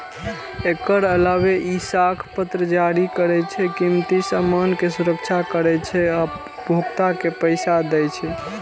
एकर अलावे ई साख पत्र जारी करै छै, कीमती सामान के सुरक्षा करै छै आ उपभोक्ता के पैसा दै छै